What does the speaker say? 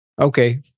Okay